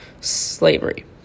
slavery